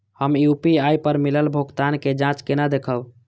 हम यू.पी.आई पर मिलल भुगतान के जाँच केना देखब?